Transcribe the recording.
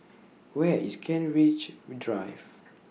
Where IS Kent Ridge Drive